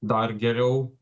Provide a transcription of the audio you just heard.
dar geriau